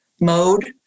mode